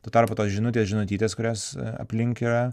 tuo tarpu tos žinutės žinutytės kurios aplink yra